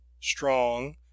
strong